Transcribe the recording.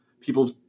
people